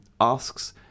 asks